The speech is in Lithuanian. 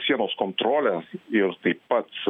sienos kontrolę ir taip pat